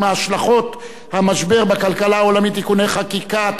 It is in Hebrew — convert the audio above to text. השלכות המשבר בכלכלה העולמית (תיקוני חקיקה),